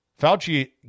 Fauci